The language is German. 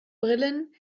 brillen